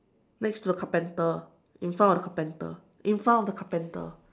next to the carpenter in front of the carpenter in front of the carpenter